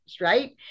right